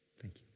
thank